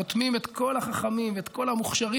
רותמים את כל החכמים ואת כל המוכשרים,